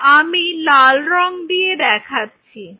যা আমি লাল রং দিয়ে দেখাচ্ছি